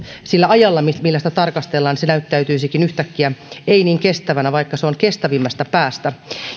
sillä ajalla millä millä sitä tarkastellaan yhtäkkiä ei niin kestävänä vaikka se on kestävimmästä päästä